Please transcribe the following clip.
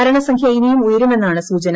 മരണ സംഖൃ ഇനിയും ഉയരുമെന്നാണ് സൂചന